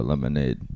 Lemonade